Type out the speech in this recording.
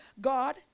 God